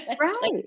Right